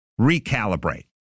recalibrate